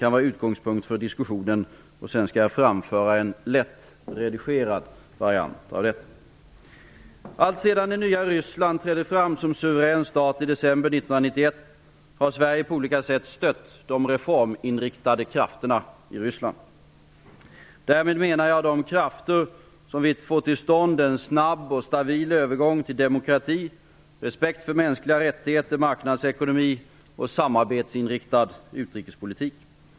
Ett interpellationssvar ger knappast tillräckligt utrymme för att på en och samma gång på ett tillfredsställande sätt behandla båda dessa frågor. Alltsedan det nya Ryssland trädde fram som suverän stat i december 1991, efter Sovjetunionens sammanbrott och kollapsen för det socialistiska samhällsexperimentet, har Sverige på olika sätt stött de reforminriktade krafterna i Ryssland. Därmed menar jag de krafter som vill få till stånd en snabb och stabil övergång till demokrati, respekt för mänskliga rättigheter, marknadsekonomi och en samarbetsinriktad utrikespolitik.